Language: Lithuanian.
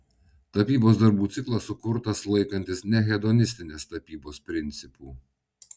tapybos darbų ciklas sukurtas laikantis nehedonistinės tapybos principų